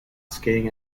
skiing